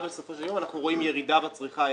בסופו של יום אנחנו רואים ירידה בצריכה.